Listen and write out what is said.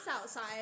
outside